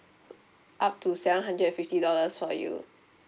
up to seven hundred and fifty dollars for you